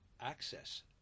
access